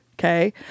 Okay